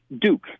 Duke